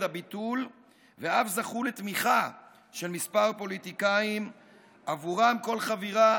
הביטול ואף זכו לתמיכה של כמה פוליטיקאים שעבורם כל חבירה